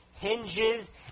hinges